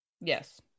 yes